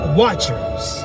watchers